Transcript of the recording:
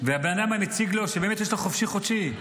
והבן אדם היה מציג לו שבאמת יש לו חופשי חודשי,